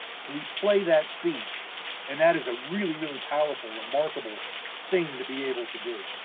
so we play that speech and that is a really, really powerful, remarkable thing to be able to do,